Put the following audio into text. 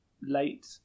late